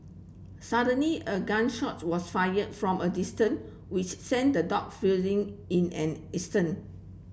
suddenly a gun shot was fired from a distant which sent the dog in an instant